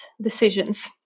decisions